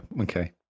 okay